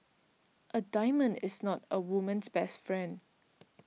a diamond is not a woman's best friend